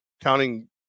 Counting